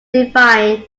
define